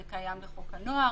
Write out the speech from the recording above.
זה קיים בחוק הנוער,